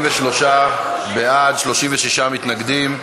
43 בעד, 36 מתנגדים.